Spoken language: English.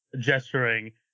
gesturing